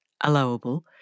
allowable